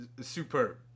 superb